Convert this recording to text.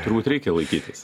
turbūt reikia laikytis